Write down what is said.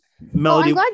Melody